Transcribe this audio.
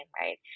right